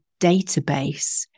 database